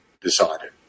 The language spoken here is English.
decided